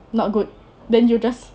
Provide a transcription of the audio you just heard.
not good then you just